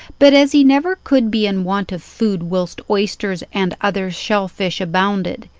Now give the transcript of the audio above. but as he never could be in want of food whilst oysters and other shell-fish abounded,